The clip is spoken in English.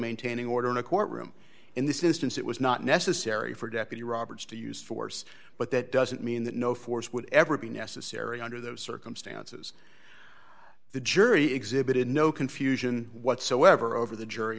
maintaining order in a courtroom in this instance it was not necessary for deputy roberts to use force but that doesn't mean that no force would ever be necessary under those circumstances the jury exhibited no confusion whatsoever over the jury